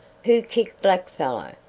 who kick black fellow?